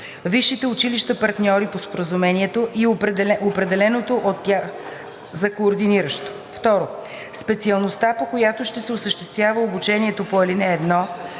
висшите училища – партньори по споразумението, и определеното от тях за координиращо; 2. специалността, по която ще се осъществява обучението по ал. 1,